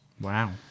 Wow